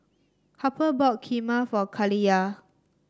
Harper bought Kheema for Kaliyah